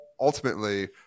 ultimately